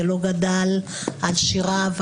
שלא גדל על שיריו,